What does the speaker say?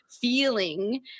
feeling